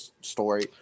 story